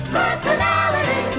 personality